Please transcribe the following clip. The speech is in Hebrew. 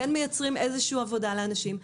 וכן מייצרים איזו עבודה לאנשים,